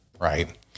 right